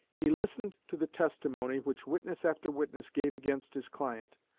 he listened to the testimony which witness after witness gave against his client,